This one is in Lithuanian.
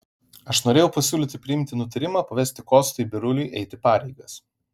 aš norėjau pasiūlyti priimti nutarimą pavesti kostui biruliui eiti pareigas